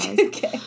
Okay